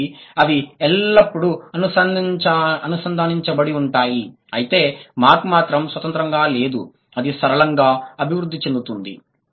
కాబట్టి అవి ఎల్లప్పుడూ అనుసంధానించబడి ఉంటాయి అయితే మార్పు మాత్రం స్వతంత్రంగా లేదు అది సరళంగా అభివృద్ధి చెందుతుంది